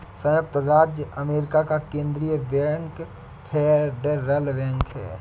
सयुक्त राज्य अमेरिका का केन्द्रीय बैंक फेडरल बैंक है